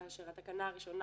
כאשר התקנה הראשונה,